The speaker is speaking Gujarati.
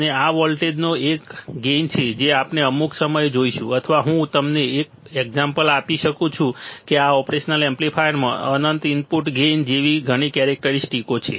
અને આ વોલ્ટેજનો એક ગેઇન છે જે આપણે અમુક સમયે જોઇશું અથવા હું તમને એક એક્ઝામ્પલ આપી શકું છું કે આ ઓપરેશન એમ્પ્લીફાયરમાં અનંત ઇનપુટ ગેઇન જેવી ઘણી કેરેક્ટરિસ્ટિક્સઓ છે